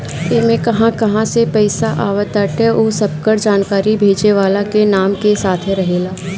इमे कहां कहां से पईसा आवताटे उ सबकर जानकारी भेजे वाला के नाम के साथे रहेला